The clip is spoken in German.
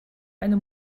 eine